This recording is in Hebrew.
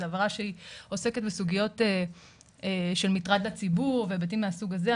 זו עבירה שעוסקת בסוגיות של מטרד לציבור והיבטים מהסוג הזה.